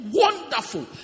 wonderful